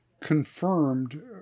confirmed